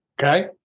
okay